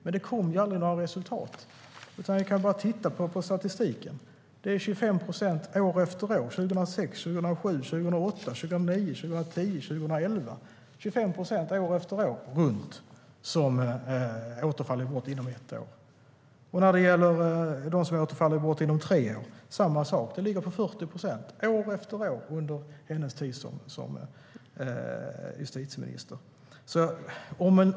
Men det kom aldrig några resultat. Vi kan bara titta på statistiken. Det är 25 procent år efter år, 2006, 2007, 2008, 2009, 2010 och 2011. Det är runt 25 procent år efter år som återfaller i brott inom ett år. När det gäller dem som återfaller i brott inom tre år är det samma sak. Det ligger på 40 procent år efter år under hennes tid som justitieminister.